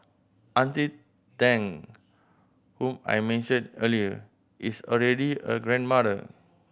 Auntie Tang who I mentioned earlier is already a grandmother